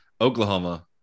Oklahoma